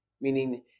Meaning